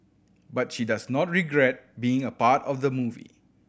but she does not regret being a part of the movie